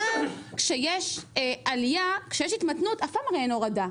גם כשיש התמתנות אף פעם הרי אין הורדה,